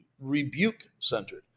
rebuke-centered